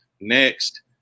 next